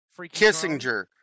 Kissinger